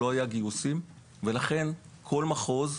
לא היו גיוסים ולכן כל מחוז,